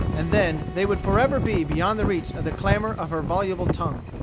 and then they would forever be beyond the reach of the clamor of her voluble tongue.